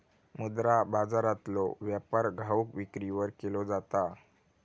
मुद्रा बाजारातलो व्यापार घाऊक विक्रीवर केलो जाता